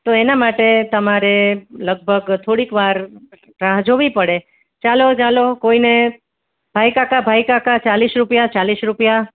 તો એના માટે તમારે લગભગ થોડીક વાર રાહ જોવી પડે ચાલો ચાલો કોઈને ભાઈકાકા ભાઈકાકા ચાલીસ રૂપિયા ચાલીસ રૂપિયા